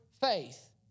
faith